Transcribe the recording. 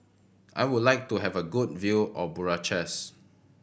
I would like to have a good view of Bucharest